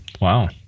Wow